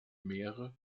meere